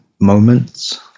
moments